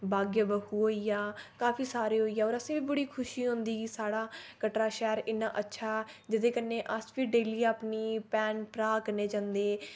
बाग ए बाहु होइया काफी सारे होइया और असें बी बड़ी खुशी होंदी कि साढ़ा कटरा शैह्र इन्ना अच्छा जेह्दे कन्नै अस बी डेली अपनी भैन भ्रा कन्नै जन्दे